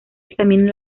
examina